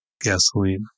gasoline